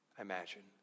imagine